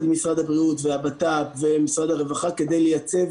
עם משרד הבריאות והבט"פ ומשרד הרווחה כדי לייצב